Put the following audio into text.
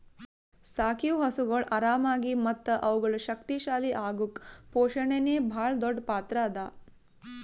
ಸಾಕಿವು ಹಸುಗೊಳ್ ಆರಾಮಾಗಿ ಮತ್ತ ಅವುಗಳು ಶಕ್ತಿ ಶಾಲಿ ಅಗುಕ್ ಪೋಷಣೆನೇ ಭಾಳ್ ದೊಡ್ಡ್ ಪಾತ್ರ ಅದಾ